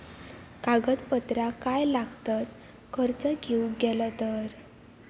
कागदपत्रा काय लागतत कर्ज घेऊक गेलो तर?